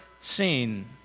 seen